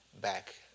back